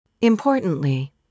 Importantly